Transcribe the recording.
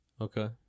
Okay